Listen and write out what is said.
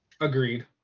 agreed